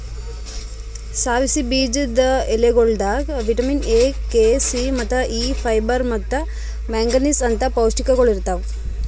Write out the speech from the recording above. ಸಾಸಿವಿ ಬೀಜದ ಎಲಿಗೊಳ್ದಾಗ್ ವಿಟ್ಯಮಿನ್ ಎ, ಕೆ, ಸಿ, ಮತ್ತ ಇ, ಫೈಬರ್ ಮತ್ತ ಮ್ಯಾಂಗನೀಸ್ ಅಂತ್ ಪೌಷ್ಟಿಕಗೊಳ್ ಇರ್ತಾವ್